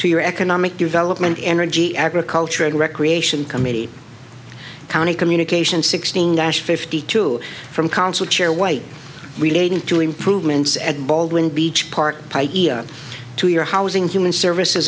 to your economic development energy agriculture and recreation committee county communications sixteen dash fifty two from council chair white relating to improvements at baldwin beach park to your housing human services